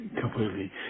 completely